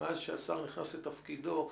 מאז שהשר נכנס לתפקידו.